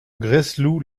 gresloup